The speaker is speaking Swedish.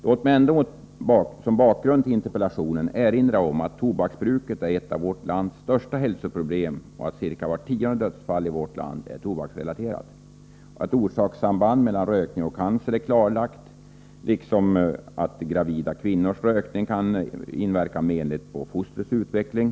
Låt mig ändå erinra om bakgrunden till interpellationen. Tobaksbruket är ett av vårt lands största hälsoproblem. Omkring vart tionde dödsfall i vårt land är tobaksrelaterat. Orsakssambandet mellan rökning och cancer är klarlagt, liksom att gravida kvinnors rökning kan inverka menligt på fostrets utveckling.